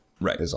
Right